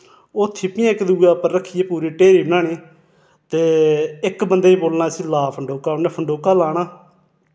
ओह् ठिप्पियां इक दुए उप्पर रखियै पूरी ढेरी बनानी ते इक बंदे ही बोलना इस्सी ला फंडोका उ'न्नै फंडोका लाना